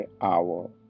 hour